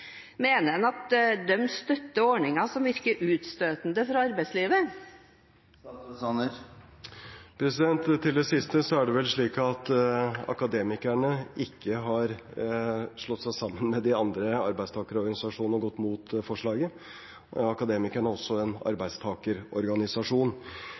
Mener han at de støtter ordninger som virker utstøtende fra arbeidslivet? Til det siste: Det er vel slik at Akademikerne ikke har slått seg sammen med de andre arbeidstakerorganisasjonene og gått imot forslaget, og Akademikerne er også en arbeidstakerorganisasjon.